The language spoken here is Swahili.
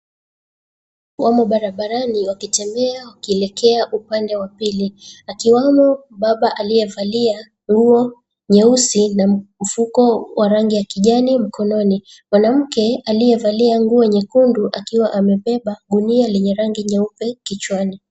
Wamo barabarani wakitembea wakielekea upande wa pili akiwamo baba alievalia nguo nyeusi na mfuko wa rangi ya kijani mkononi. Mwanamke alievalia nguo nyekundu akiwa amebeba gunia lenye rangi nyeupe kichwani.